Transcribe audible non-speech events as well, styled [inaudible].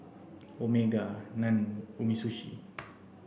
Omega Nan Umisushi [noise]